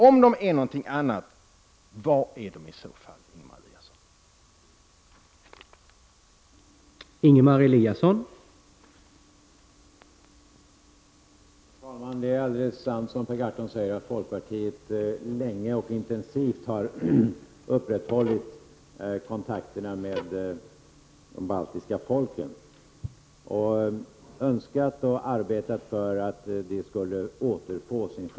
Om de är någonting annat, vad är de i så fall, Ingemar Eliasson?